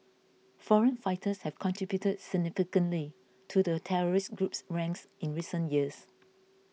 foreign fighters have contributed significantly to the terrorist group's ranks in recent years